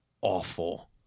awful